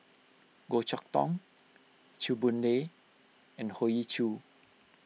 Goh Chok Tong Chew Boon Lay and Hoey Choo